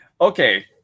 Okay